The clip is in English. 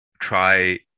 try